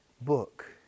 book